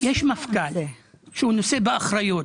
יש מפכ"ל שנושא באחריות.